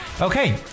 Okay